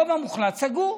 הרוב המוחלט סגור.